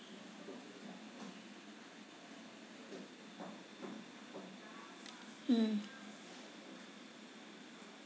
mm